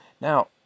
Now